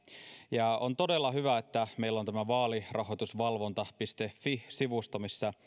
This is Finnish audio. ja on todella hyvä että meillä on tämä vaalirahoitusvalvonta fi sivusto